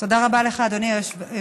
תודה רבה לך, אדוני היושב-ראש.